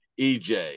EJ